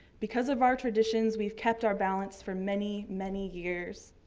because of our traditions, we have kept our balance for many, many years.